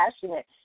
passionate